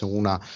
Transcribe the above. una